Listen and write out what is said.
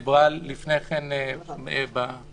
דיברה לפני כן בווידאו,